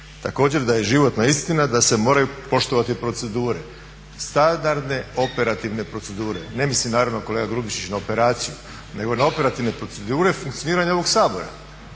Također da je životna istina da se moraju poštovati procedure, standardne operativne procedure. Ne mislim naravno kolega Grubišić na operaciju nego na operativne procedure funkcioniranja ovog Sabora.